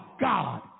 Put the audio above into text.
God